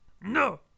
No